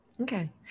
Okay